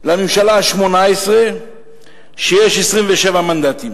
לעומת הממשלה השמונה-עשרה, שבה יש לכם 27 מנדטים.